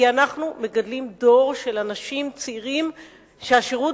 כי אנחנו מגדלים דור של אנשים צעירים שהשירות